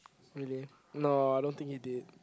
really no I don't think you did